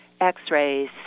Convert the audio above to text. x-rays